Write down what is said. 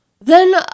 Then